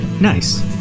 Nice